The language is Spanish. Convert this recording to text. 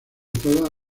toda